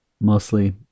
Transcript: mostly